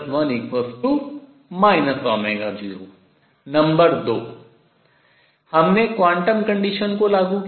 number 2 हमने quantum condition quantum शर्त को लागू किया